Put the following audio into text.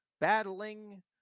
battling